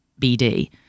BD